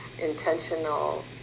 intentional